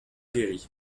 guéri